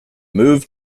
move